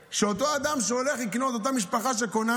אותו אדם שהולך לקנות, אותה משפחה שקונה,